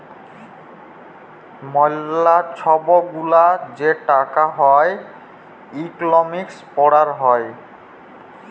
ম্যালা ছব গুলা যে টাকা হ্যয় ইকলমিক্সে পড়াল হ্যয়